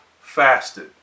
fasted